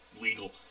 legal